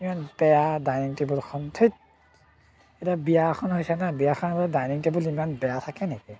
ইমান বেয়া ডাইনিং টেবুলখন থেইৎ এতিয়া বিয়া এখন হৈছে ন বিয়া খনত যদি ডাইনিং টেবুল ইমান বেয়া থাকে নি